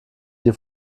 die